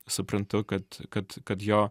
suprantu kad kad kad jo